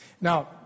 Now